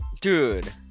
dude